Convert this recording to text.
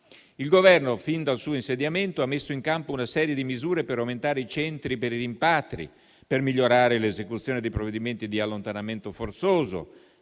Il Governo, fin dal suo insediamento, ha messo in campo una serie di misure per aumentare i centri per i rimpatri, per migliorare l'esecuzione dei provvedimenti di allontanamento forzoso,